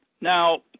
Now